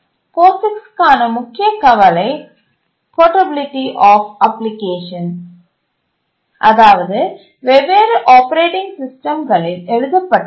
POSIX க்கான முக்கிய கவலை போர்ட்டபிலிடி ஆப் அப்ளிகேஷன் அதாவது வெவ்வேறு ஆப்பரேட்டிங் சிஸ்டம்களில் எழுதப்பட்டுள்ளது